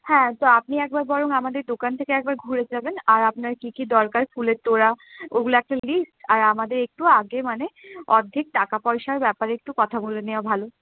হ্যাঁ তো আপনি একবার বরং আমাদের দোকান থেকে একবার ঘুরে যাবেন আর আপনার কি কি দরকার ফুলের তোড়া ওইগুলো একটা লিস্ট আর আমাদের একটু আগে মানে অর্ধেক টাকা পয়সার ব্যাপারে একটু কথা বলে নেওয়া ভালো